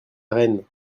rennes